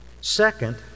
Second